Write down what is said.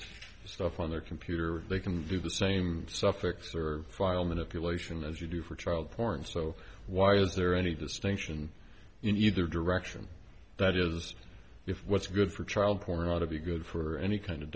stuff on their computer they can view the same suffix or file manipulation as you do for child porn so why is there any distinction in either direction that is if what's good for child pornography good for any kind of